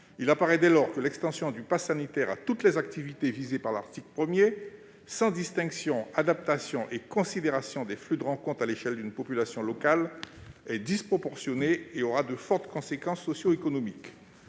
Il apparaît dès lors que l'extension du passe sanitaire à toutes les activités visées par l'article 1, sans distinction, sans adaptation et sans considération des flux de rencontre à l'échelle d'une population locale, est disproportionnée et aura de fortes conséquences socioéconomiques.